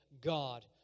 God